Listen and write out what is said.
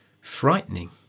frightening